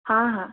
हाँ हाँ